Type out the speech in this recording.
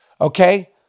okay